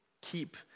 Keep